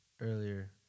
earlier